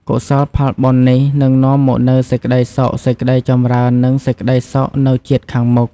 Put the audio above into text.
កុសលផលបុណ្យនេះ នឹងនាំមកនូវសេចក្តីសុខ សេចក្តីចម្រើន និងសេចក្តីសុខនៅជាតិខាងមុខ។